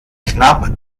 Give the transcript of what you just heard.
knapp